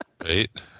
Right